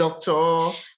doctor